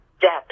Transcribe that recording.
depth